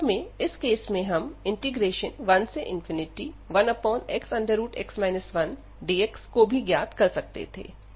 वास्तव में इस केस में हम 11xx 1dx को भी ज्ञात कर सकते थे